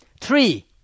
Three